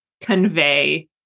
convey